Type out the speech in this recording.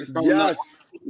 Yes